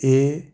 ਇਹ